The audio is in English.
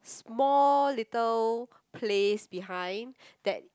small little place behind that